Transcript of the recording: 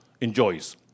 enjoys